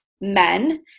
men